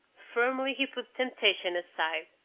firmly he put the temptation aside.